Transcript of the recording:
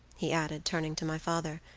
he added, turning to my father.